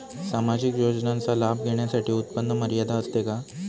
सामाजिक योजनांचा लाभ घेण्यासाठी उत्पन्न मर्यादा असते का?